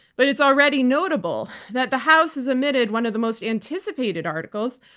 but it's already notable that the house has omitted one of the most anticipated articles,